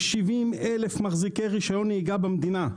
יש 70,000 מחזיקי רישיון נהיגה במדינה.